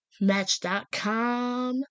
Match.com